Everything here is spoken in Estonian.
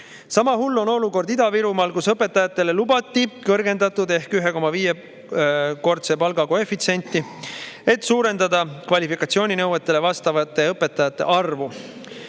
Sama hull on olukord Ida-Virumaal, kus õpetajatele lubati kõrgendatud ehk 1,5-kordset palgakoefitsienti, et suurendada kvalifikatsiooninõuetele vastavate õpetajate arvu.